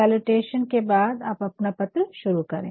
salutation के बाद आप अपना पत्र शुरू करे